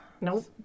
Nope